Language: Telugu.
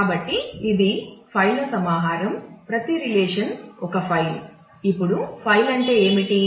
కాబట్టి ఇది ఫైళ్ళ అంటే ఏమిటి